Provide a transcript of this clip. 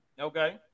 Okay